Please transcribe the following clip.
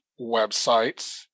websites